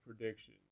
prediction